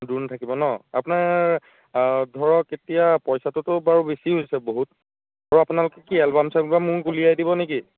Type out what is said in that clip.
দ্ৰোণ থাকিব ন আপোনাৰ ধৰক এতিয়া পইচাটোতো বাৰু বেছি হৈছে আৰু বহুত আপোনালোকে কি এলবাম চেলবামো উলিয়াই দিব নে কি